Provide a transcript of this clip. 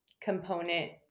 component